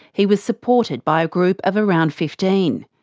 he was supported by a group of around fifteen.